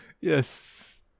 Yes